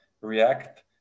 react